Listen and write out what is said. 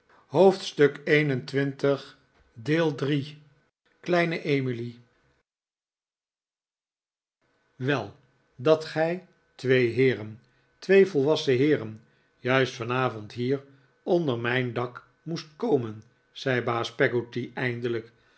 te zien wel dat gij twee heeren twee vol wassen heeren juist vanavond hier onder mijn dak moest komen zei baas peg gotty eindelijk